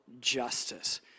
justice